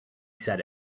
said